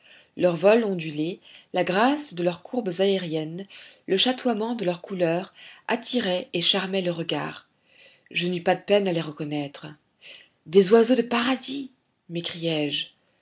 leur vol ondulé la grâce de leurs courbes aériennes le chatoiement de leurs couleurs attiraient et charmaient le regard je n'eus pas de peine à les reconnaître des oiseaux de paradis